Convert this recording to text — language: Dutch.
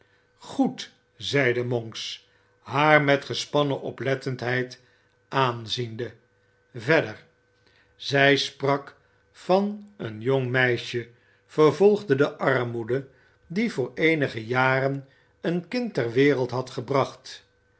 goed zeide monks haar met gespannen oplettendheid aanziende verder zij sprak van een jong meisje vervolgde de armmoeder die voor eenige jaren een kind ter wereld had gebracht